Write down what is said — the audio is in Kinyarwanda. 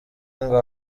ngo